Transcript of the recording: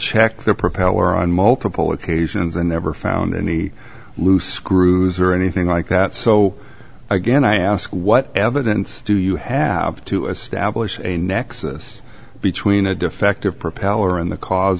checked the propeller on multiple occasions and never found any loose screws or anything like that so again i ask what evidence do you have to establish a nexus between a defective propeller and the cause